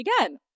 again